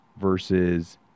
Versus